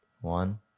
One